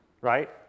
right